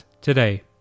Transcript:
today